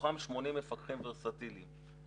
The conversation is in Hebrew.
מתוכם 80 מפקחים ורסטיליים.